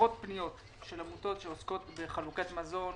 עשרות פניות של עמותות שעוסקות בחלוקת מזון,